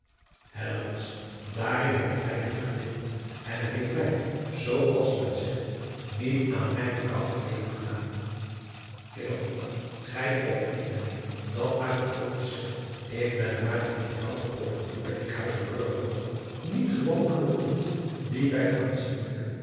daarin heb ik rijkelijk gedeeld en het heeft mij zoo als men zegt niet aan mijne koude kleêren gegaan hillegonda gij of ik mijn heer dat maakt een groot verschil ik ben maar eene eenvoudig opgevoede enkhuizer burgerdochter niet gewoon aan de boert die bij aanzienlijke